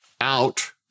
out